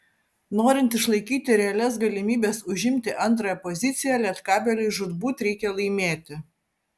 norint išlaikyti realias galimybes užimti antrąją poziciją lietkabeliui žūtbūt reikia laimėti